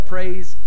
Praise